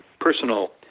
personal